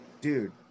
Dude